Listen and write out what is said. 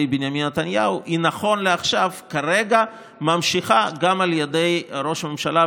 בנימין נתניהו נמשכת נכון לעכשיו גם על ידי ראש הממשלה,